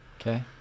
Okay